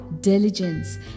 Diligence